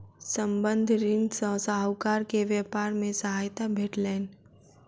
संबंद्ध ऋण सॅ साहूकार के व्यापार मे सहायता भेटलैन